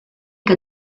que